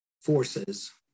forces